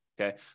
Okay